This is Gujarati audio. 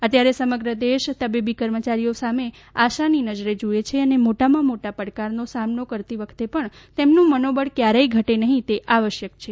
અત્યારે સમગ્ર દેશ તબીબી કર્મચારીઓ સામે આશાની નજરે જુએ છે અને મોટામાં મોટા પડકારનો સામનો કરતી વખતે પણ તેમનું મનોબળ ક્યારેય ઘટે નહીં તે આવશ્યક છે